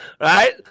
Right